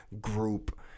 group